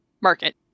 market